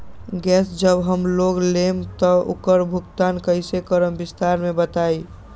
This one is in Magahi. गैस जब हम लोग लेम त उकर भुगतान कइसे करम विस्तार मे बताई?